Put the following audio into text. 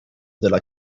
della